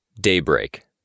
DAYBREAK